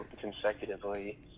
consecutively